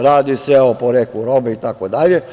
Radi se o poreklu robe itd.